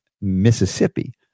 Mississippi